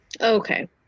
Okay